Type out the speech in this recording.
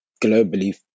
globally